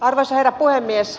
arvoisa herra puhemies